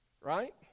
Right